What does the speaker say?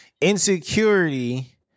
Insecurity